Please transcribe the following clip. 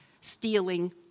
stealing